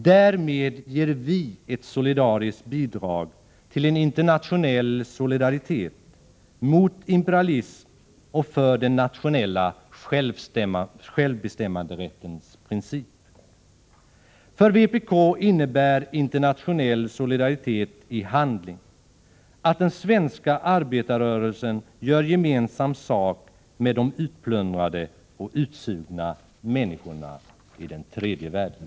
Därmed ger vi ett solidariskt bidrag till en internationell solidaritet, mot imperialism och för den nationella självbestämmanderättens princip. För vpk innebär internationell solidaritet i handling att den svenska arbetarrörelsen gör gemensam sak med de utplundrade och utsugna människorna i tredje världen.